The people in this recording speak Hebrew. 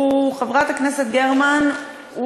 חברת הכנסת גרמן,